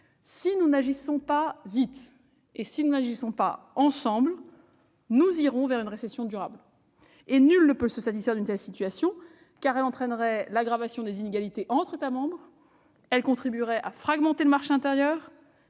Si nous n'agissons pas vite et si nous n'agissons pas ensemble, nous irons vers une récession durable. Or nul ne peut se satisfaire d'une telle situation. Elle entraînerait l'aggravation des inégalités entre États et contribuerait à fragmenter le marché intérieur